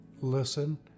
listen